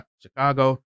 Chicago